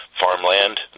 farmland